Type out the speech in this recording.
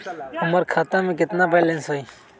हमर खाता में केतना बैलेंस हई?